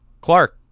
Clark